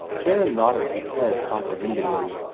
theron nodded his head comprehendingly.